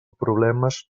problemes